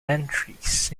entries